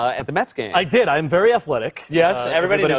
at the mets game. i did. i'm very athletic. yes, everybody you know